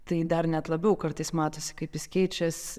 tai dar net labiau kartais matosi kaip jis keičias